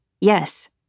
Yes